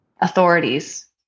authorities